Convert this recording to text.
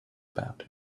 about